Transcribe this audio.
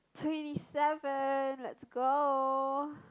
twenty seven let's go